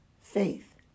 faith